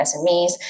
SMEs